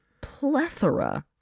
plethora